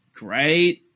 great